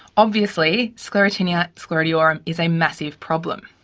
obviously sclerotinia sclerotiorum is a massive problem.